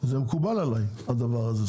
זה מקובל עליי הדבר הזה.